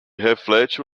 reflete